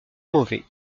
mauvais